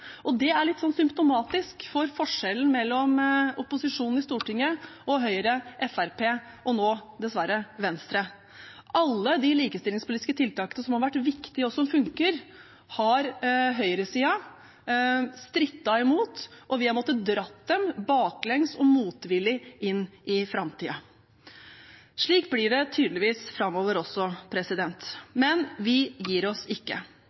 gjennomføre. Det er litt symptomatisk for forskjellen mellom opposisjonen i Stortinget og Høyre, Fremskrittspartiet og nå – dessverre – Venstre. Alle de likestillingspolitiske tiltakene som har vært viktige, og som fungerer, har høyresiden strittet imot. Vi har måttet dra dem baklengs og motvillig inn i framtiden. Slik blir det tydeligvis framover også, men vi gir oss ikke.